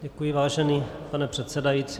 Děkuji, vážený pane předsedající.